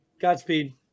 Godspeed